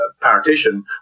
partition